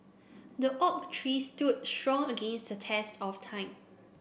the oak tree stood strong against the test of time